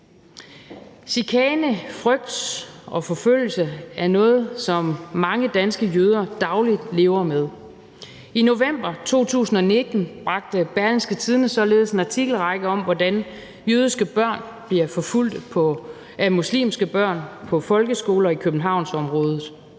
Chikane, frygt og forfølgelse er noget, som mange danske jøder dagligt lever med. I november 2019 bragte Berlingske således en artikelrække om, hvordan jødiske børn bliver forfulgt af muslimske børn på folkeskoler i Københavnsområdet.